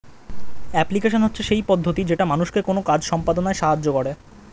application হচ্ছে সেই পদ্ধতি যেটা মানুষকে কোনো কাজ সম্পদনায় সাহায্য করে